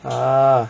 ah